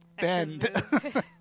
bend